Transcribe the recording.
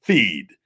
Feed